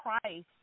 Christ